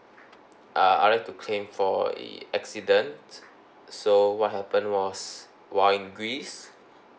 uh I'd like to claim for a accident so what happened was while in greece